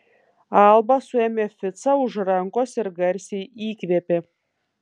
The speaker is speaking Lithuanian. alba suėmė ficą už rankos ir garsiai įkvėpė